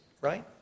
right